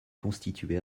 constituée